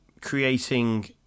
creating